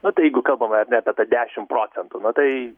na tai jeigu kalbame ar ne apie dešimt procentų na tai